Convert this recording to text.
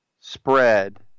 spread